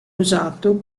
usato